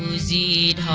zero